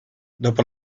dopo